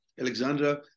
alexandra